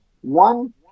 One